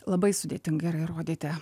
labai sudėtinga yra įrodyti